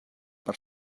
per